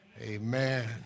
Amen